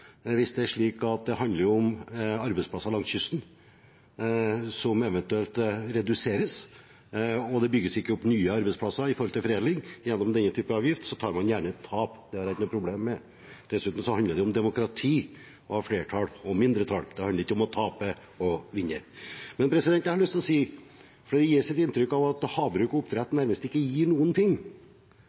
hvis det er slik at det handler om arbeidsplasser langs kysten som eventuelt reduseres og det ikke bygges opp nye arbeidsplasser for foredling gjennom denne typen avgift, tar jeg gjerne et tap. Det har jeg ikke problemer med. Dessuten handler det om demokrati og om flertall og mindretall. Det handler ikke om å tape og vinne. Det gis et inntrykk av at havbruk og oppdrett nærmest ikke gir noen ting.